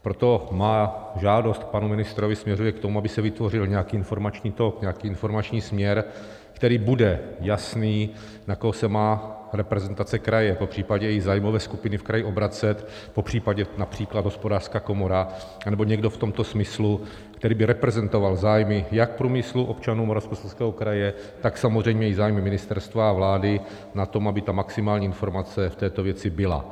Proto má žádost k panu ministrovi směřuje k tomu, aby se vytvořil nějaký informační tok, nějaký informační směr, který bude jasný, na koho se má reprezentace kraje, popřípadě i zájmové skupiny v kraji obracet, popřípadě například Hospodářská komora, nebo někdo v tomto smyslu, který by reprezentoval zájmy jak průmyslu a občanů Moravskoslezského kraje, tak samozřejmě i zájmy ministerstva a vlády na tom, aby ta maximální informace v této věci byla.